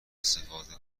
استفاده